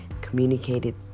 communicated